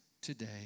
today